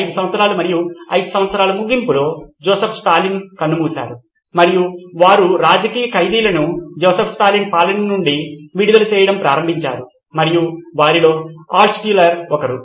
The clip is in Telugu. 5 సంవత్సరాలు మరియు 5 సంవత్సరాల ముగింపులో జోసెఫ్ స్టాలిన్ కన్నుమూశారు మరియు వారు రాజకీయ ఖైదీలను జోసెఫ్ స్టాలిన్ పాలన నుండి విడుదల చేయడం ప్రారంభించారు మరియు వారిలో ఆల్ట్షుల్లర్ ఒకరు